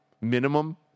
minimum